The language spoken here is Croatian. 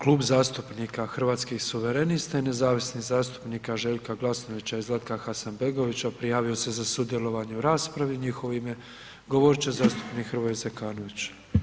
Klub zastupnika Hrvatskih suverenista i nezavisnih zastupnika Željka Glasnovića i Zlatka Hasanbegovića, prijavio se za sudjelovanje u rasprave, u njihovo ime govorit će zastupnik Hrvoje Zekoanović.